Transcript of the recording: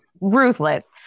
Ruthless